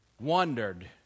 wondered